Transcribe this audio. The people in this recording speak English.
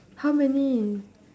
how many